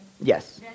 Yes